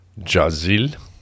Jazil